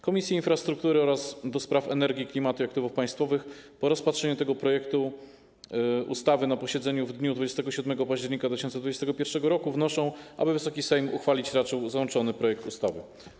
Komisje: Infrastruktury oraz do Spraw Energii, Klimatu i Aktywów Państwowych po rozpatrzeniu tego projektu ustawy na posiedzeniu w dniu 27 października 2021 r. wnoszą, aby Wysoki Sejm uchwalić raczył załączony projekt ustawy.